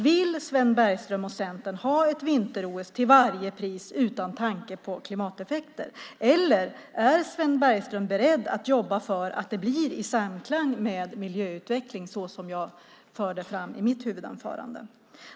Vill Sven Bergström och Centern ha ett vinter-OS till varje pris utan tanke på klimateffekter eller är Sven Bergström beredd att jobba för att det blir i samklang med miljöutveckling så som jag förde fram i mitt huvudanförande?